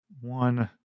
one